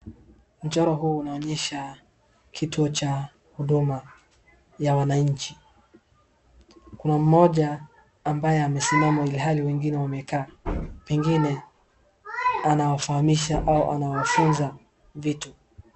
Mchoro huu unaonyesha kituo cha huduma ya wananchi. Kuna mmoja ambaye amesimama ilhali wengine wamekaa. Pengine anawafahamisha au anawafunza vitu.